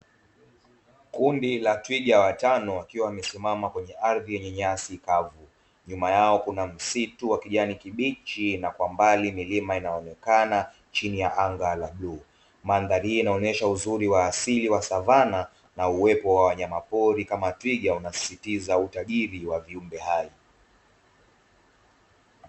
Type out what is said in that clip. Kundi la twiga watano wakiwa wamesimama kweye ardhi yenye nyasi kavu, nyuma yao kuna msitu wa kijani kibichi, na kwambali milima inaonekana chini ya anga la buluu. Mandhari hii inaonyesha uzuri wa asili wa savana, na uwepo wa wanyama pori kama twiga unasisitiza utajiri wa viumbe hai.